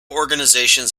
organizations